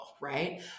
right